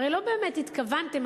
הרי לא באמת התכוונתם,